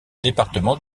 département